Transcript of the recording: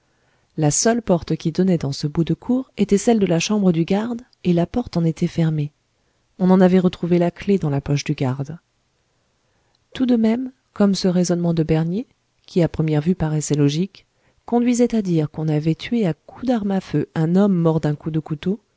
la seule porte qui donnait dans ce bout de cour était celle de la chambre du garde et la porte en était fermée on en avait retrouvé la clef dans la poche du garde tout de même comme ce raisonnement de bernier qui à première vue paraissait logique conduisait à dire qu'on avait tué à coups d'armes à feu un homme mort d'un coup de couteau